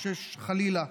חלילה,